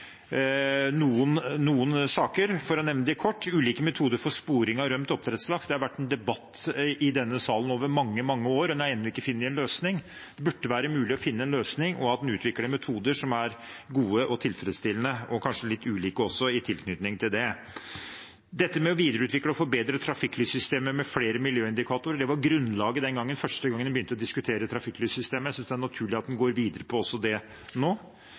noen forslag. For å nevne dem kort: Når det gjelder ulike metoder for sporing av rømt oppdrettslaks, har det vært en debatt i denne salen over mange, mange år, og en har ennå ikke funnet en løsning. Det burde være mulig å finne en løsning, og at en utvikler metoder som er gode og tilfredsstillende – og kanskje litt ulike også – i tilknytning til det. Når det gjelder dette med å videreutvikle og forbedre trafikklyssystemet med flere miljøindikatorer, var det grunnlaget den gangen, da en først begynte å diskutere trafikklyssystemet. Jeg synes det er naturlig at en går videre også på det nå.